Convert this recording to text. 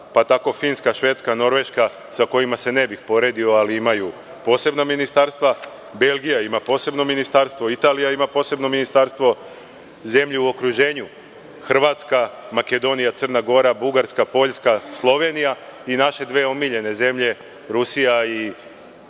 pa tako Finska, Švedska i Norveška, sa kojima se ne bih poredio, imaju posebna ministarstva. Belgija takođe ima posebno ministarstvo, kao i Italija. Što se tiče zemalja u okruženju, Hrvatska, Makedonija, Crna Gora, Bugarska, Poljska, Slovenija i naše dve omiljene zemlje, Rusija i Nemačka